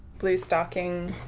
bluestocking,